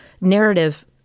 narrative